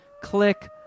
click